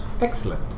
excellent